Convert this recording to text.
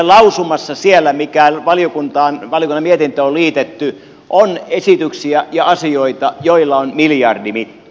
meidän lausumassamme siinä mikä valiokunnan mietintöön on liitetty on esityksiä ja asioita joilla on miljardimitta